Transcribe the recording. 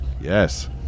Yes